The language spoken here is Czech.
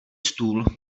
stůl